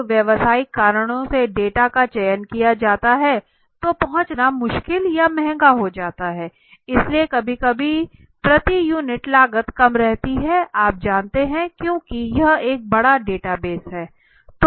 जब व्यावसायिक कारणों से डेटा का चयन किया जाता है तो पहुंचना मुश्किल या महंगा हो जाता है इसलिए कभी कभी प्रति यूनिट लागत कम रहती है आप जानते हैं क्योंकि यह एक बड़ा डेटाबेस है